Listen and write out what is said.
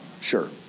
Sure